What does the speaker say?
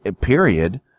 period